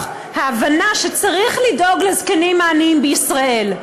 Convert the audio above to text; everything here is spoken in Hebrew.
ההבנה שצריך לדאוג לזקנים העניים בישראל,